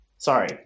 Sorry